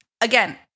again